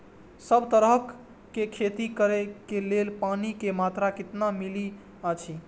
सब तरहक के खेती करे के लेल पानी के मात्रा कितना मिली अछि?